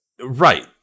Right